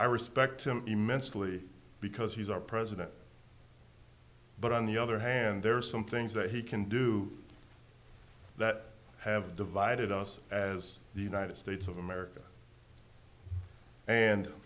i respect him immensely because he's our president but on the other hand there are some things that he can do that have divided us as the united states of america and